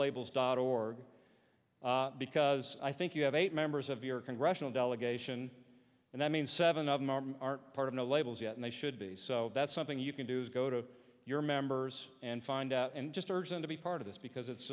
labels dot org because i think you have eight members of your congressional delegation and i mean seven of them are part of no labels yet and they should be so that's something you can do is go to your members and find out and just urge them to be part of this because it's